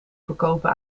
verkopen